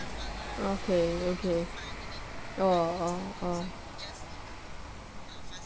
okay okay oh oh oh